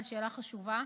זאת שאלה חשובה.